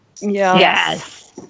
Yes